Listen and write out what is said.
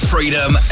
Freedom